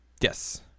Yes